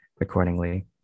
accordingly